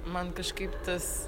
man kažkaip tas